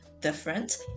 different